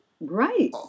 Right